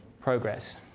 progress